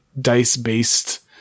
dice-based